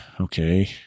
okay